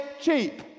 cheap